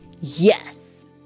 Yes